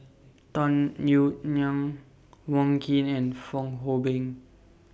Tung Yue Nang Wong Keen and Fong Hoe Beng